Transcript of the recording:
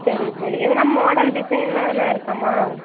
சரி சரி எதனால் மாடல் டிசைனெலாம் எதனால் இருக்காம்மா